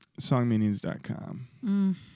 Songmeanings.com